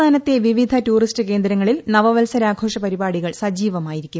സംസ്ഥാനത്തെ വിവിധ ടൂറിസ്റ്റ് കേന്ദ്രങ്ങളിൽ നവവത്സരാഘോഷ പരിപാടികൾ സജീവമായിരിക്കും